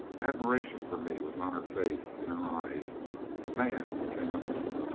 admiration for me was on her face, in her eyes a man cannot miss it.